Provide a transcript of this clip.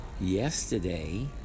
yesterday